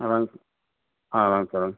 ஆ வேணும் சார் ஆ வேணும் சார் வேணும்